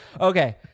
Okay